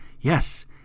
Yes